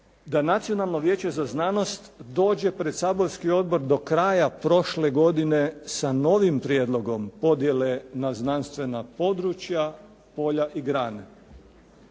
da Nacionalno vijeće za znanost dođe pred saborski odbor do kraja prošle godine sa novim prijedlogom podjele na znanstvena područja, polja i grane.